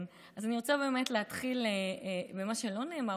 אז אני רוצה באמת להתחיל ממה שלא נאמר,